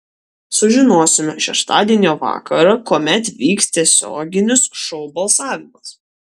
sužinosime šeštadienio vakarą kuomet vyks tiesioginis šou balsavimas